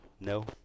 No